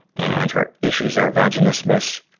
and her issues are vaginismus,